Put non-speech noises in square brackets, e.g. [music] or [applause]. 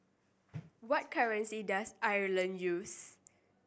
[noise] what currency does Ireland use